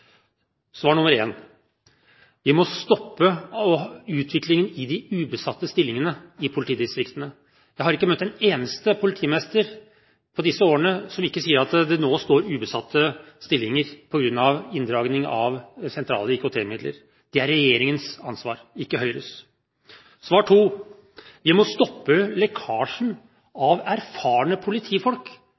Svar nummer 1: Vi må stoppe utviklingen i de ubesatte stillingene i politidistriktene. Jeg har ikke møtt en eneste politimester på disse årene som ikke sier at det nå står ubesatte stillinger på grunn av inndragning av sentrale IKT-midler. Det er regjeringens ansvar, ikke Høyres. Svar nummer 2: Vi må stoppe lekkasjen av erfarne politifolk